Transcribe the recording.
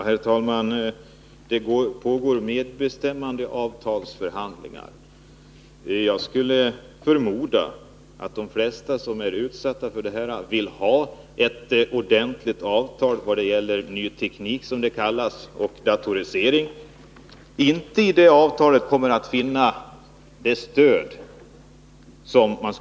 Herr talman! Det pågår medbestämmandeavtalsförhandlingar. Förmodligen kommer de flesta, som vill ha ett ordentligt avtal i vad gäller s.k. ny teknik och datorisering, inte att finna det stöd som behövs.